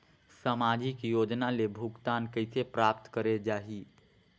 समाजिक योजना ले भुगतान कइसे प्राप्त करे जाहि?